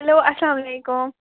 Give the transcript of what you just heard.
hello اَسَلام علیکُم